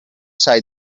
sai